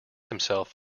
himself